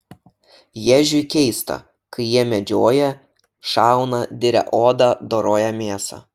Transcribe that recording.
ježiui keista kai jie medžioja šauna diria odą doroja mėsą